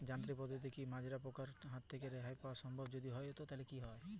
যান্ত্রিক পদ্ধতিতে কী মাজরা পোকার হাত থেকে রেহাই পাওয়া সম্ভব যদি সম্ভব তো কী ভাবে?